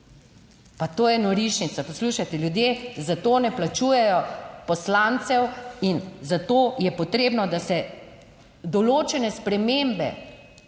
Pa to je norišnica. Poslušajte, ljudje za to ne plačujejo poslancev in za to je potrebno, da se določene spremembe,